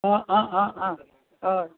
आं आं आं हय